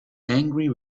angry